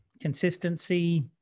consistency